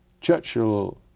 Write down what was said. Churchill